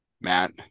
Matt